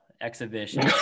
exhibition